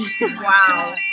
Wow